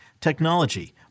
technology